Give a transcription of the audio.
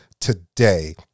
today